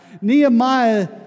Nehemiah